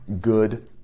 good